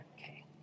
Okay